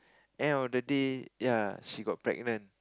end of the day ya she got pregnant